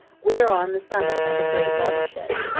we are on the summit of a great watershed.